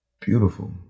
beautiful